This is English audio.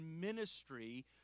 ministry